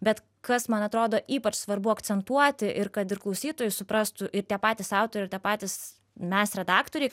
bet kas man atrodo ypač svarbu akcentuoti ir kad ir klausytojai suprastų ir tie patys autoriai ir tie patys mes redaktoriai